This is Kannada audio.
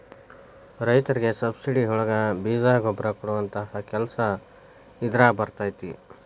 ರೈತರಿಗೆ ಸಬ್ಸಿಡಿ ಒಳಗೆ ಬೇಜ ಗೊಬ್ಬರ ಕೊಡುವಂತಹ ಕೆಲಸ ಇದಾರಗ ಬರತೈತಿ